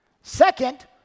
Second